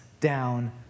down